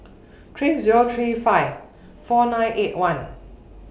three Zero three five four nine eight one